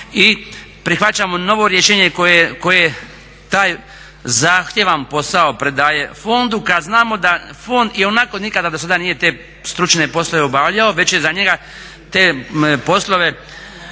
i prihvaćamo novo rješenje koje taj zahtjevan posao pridaje fondu kada znamo da fond ionako nikada do sada nije te stručne poslove obavljao već je za njega te poslove